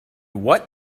what